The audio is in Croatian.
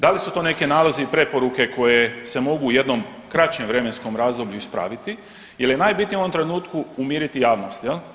Da li su to neke nalozi i preporuke koje se mogu u jednom kraćem vremenskom razdoblju ispraviti jer je najbitnije u ovom trenutku umiriti javnost, je li?